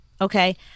Okay